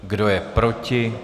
Kdo je proti?